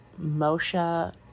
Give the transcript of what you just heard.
Moshe